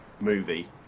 movie